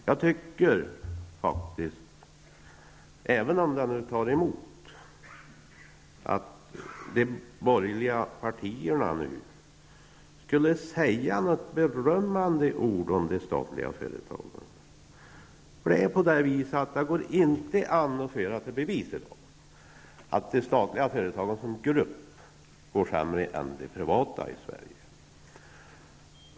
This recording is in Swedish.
Jag tycker faktiskt att de borgerliga partierna, även om det tar emot, kunde uttala sig i berömmande ordalag om de statliga företagen. Det går nämligen inte att bevisa att de svenska statliga företagen som grupp i dag går sämre än de privata företagen.